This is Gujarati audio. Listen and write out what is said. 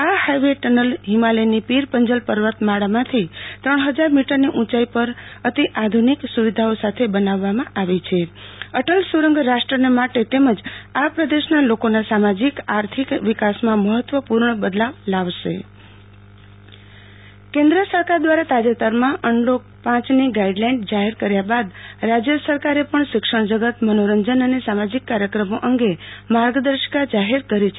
આ હાઈવે ટનલ હિમાલયની પીર પંજલ પર્વતમાળામાંથી ત્રણ હજાર મીટરની ઉંચાઈ પર અતિ આધુનિક સુવિધાઓ સાથે બનાવવમાં આવી છે અટલ સુરંગ રાષ્ટ્રને માટે તેમજ આ પ્રદેશના લોકોના સામાજીક આર્થિક વિકાસમાં મહત્વપુર્ણ બદલાવ લાવશે આરતી ભદ્દ રાજય સરકાર અનલોક પ કેન્દ્ર સરકાર દ્રારા તાજેતરમાં અનલોક પની ગાઈડ લાઈન જાહેર કર્યા બાદ રાજય સરકારે પણ શિક્ષણ જગત મનોરંજન અને સામાજીક કાર્યક્રમો અંગે માર્ગદર્શિકા જાહેર કરી છે